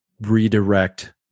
redirect